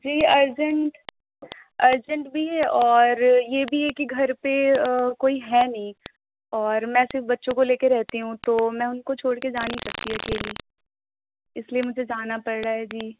جی urgent urgent بھی ہے اور یہ بھی ہے کہ گھر پہ کوئی ہے نہیں اور میں صرف بچوں کو لے کے رہتی ہوں تو میں ان کو چھوڑ کے جا نہیں سکتی اکیلی اس لیے مجھے جانا پڑ رہا ہے جی